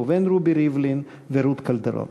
ראובן רובי ריבלין ורות קלדרון.